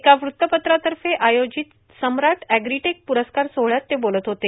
एका वृत्तपत्रातर्फे आयोजित सम्राट अॅग्रीटेक पुरस्कार सोहळ्यात ते बोलत होते